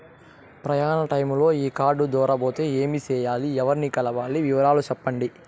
ప్రయాణ టైములో ఈ కార్డులు దారబోతే ఏమి సెయ్యాలి? ఎవర్ని కలవాలి? వివరాలు సెప్పండి?